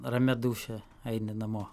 ramia dūšia eini namo